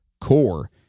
Core